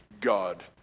God